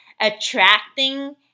attracting